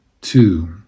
two